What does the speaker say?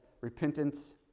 repentance